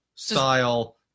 Style